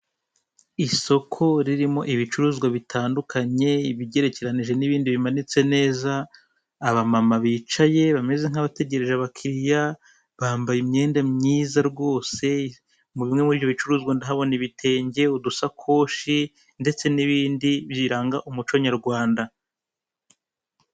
Isoko ririmo ibicuruzwa bitandukanye, ibigerekerenije n'ibindi bimanitse neza, abamama bicye bameze nk'abategereje abakiriya, bambaye imyenda myiza rwose, bimwe muri ibyo bicuruzwa ndahabona ibitenge, udusakoshi, ndatse n'ibindi biranga umuco nyarwanda.